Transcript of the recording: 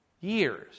years